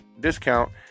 discount